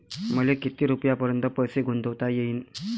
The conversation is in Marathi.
मले किती रुपयापर्यंत पैसा गुंतवता येईन?